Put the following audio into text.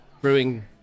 brewing